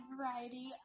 variety